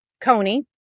Coney